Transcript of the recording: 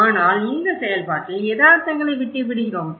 ஆனால் இந்த செயல்பாட்டில் எதார்த்தங்களை விட்டுவிடுகிறோம்